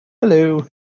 Hello